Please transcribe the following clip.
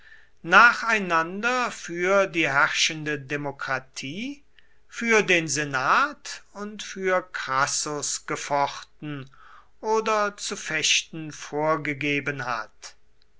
nacheinander für die herrschende demokratie für den senat und für crassus gefochten oder zu fechten vorgegeben hat